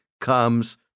comes